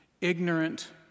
ignorant